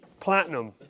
platinum